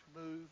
move